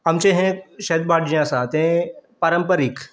आमचें हें शेत भाट जें आसा तें पारंपारीक